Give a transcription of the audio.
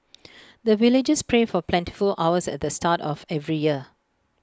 the villagers pray for plentiful harvest at the start of every year